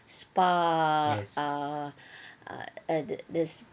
spa ah ah at this